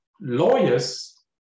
Lawyers